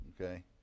okay